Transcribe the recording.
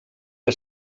que